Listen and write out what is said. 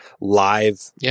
live